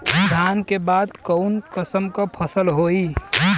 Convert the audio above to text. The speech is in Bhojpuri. धान के बाद कऊन कसमक फसल होई?